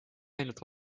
ainult